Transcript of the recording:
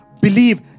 believe